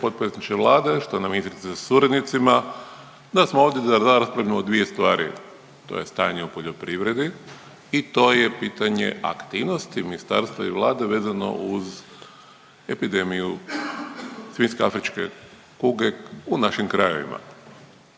potpredsjedniče Vlade, štovana ministrice sa suradnicima danas smo ovdje da raspravimo o dvije stvari, to je stanje u poljoprivredi i to je pitanje aktivnosti ministarstva i Vlade vezano uz epidemiju svinjsko afričke kuge u našim krajevima.